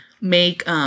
make